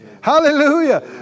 Hallelujah